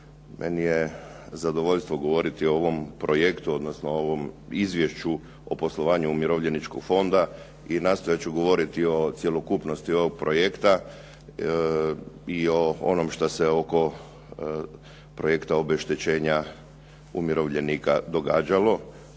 Meni je zadovoljstvo govoriti o ovom projektu odnosno ovom izvješću o poslovanju Umirovljeničkog fonda i nastojat ću govoriti o cjelokupnosti ovog projekta i o onome što se oko projekta obeštećenja umirovljenika događalo.